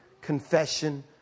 confession